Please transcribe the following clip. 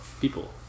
people